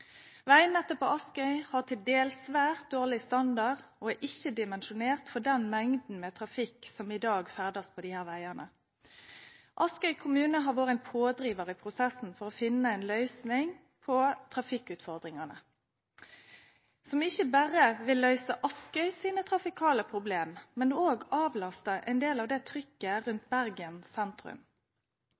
Veinettet på Askøy har til dels svært dårlig standard og er ikke dimensjonert for den mengden med trafikk som i dag ferdes på disse veiene. Askøy kommune har vært en pådriver i prosessen for å finne en løsning på trafikkutfordringene – som ikke bare vil løse Askøys trafikale problemer, men også avlaste en del av trykket rundt Bergen